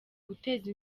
guteza